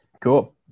Cool